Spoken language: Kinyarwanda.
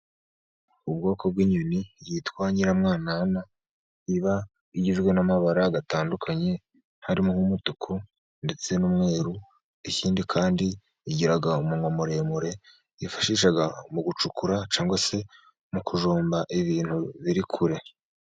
Ubwoko bw'inyoni yitwa nyiramwanana, iba igizwe n'amabara atandukanye, harimo nk'umutuku, ndetse n'umweru. Ikindi kandi igira umunwa muremure, yifashisha mu gucukura, cyangwa se mu kujomba ibintu biri kure.